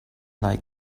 like